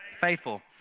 faithful